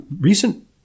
recent